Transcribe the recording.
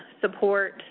support